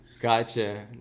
Gotcha